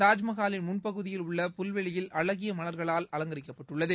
தாஜ்மஹாலின் முன் பகுதியில் உள்ள புல்வெளியில் அழகிய மல்களால் அலங்கரிக்கப்பட்டுள்ளது